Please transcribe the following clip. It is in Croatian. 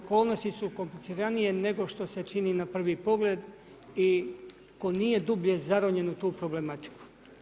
Okolnosti su kompliciranije nego što se čini na prvi pogled i tko nije dublje zaronjen u tu problematiku.